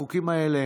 החוקים האלה